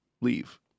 leave